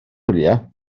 wyliau